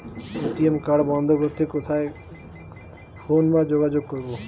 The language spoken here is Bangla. এ.টি.এম কার্ড বন্ধ করতে কোথায় ফোন বা যোগাযোগ করব?